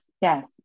yes